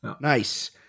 Nice